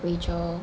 rachel